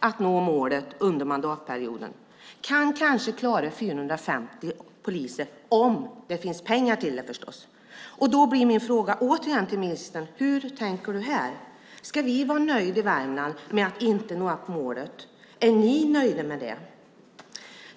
att nå målet under mandatperioden. Man kan kanske klara 450 poliser, om det finns pengar till det förstås. Då blir min fråga till ministern: Hur tänker du här? Ska vi vara nöjda i Värmland med att inte nå upp till målet? Är ni nöjda med det?